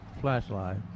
flashlight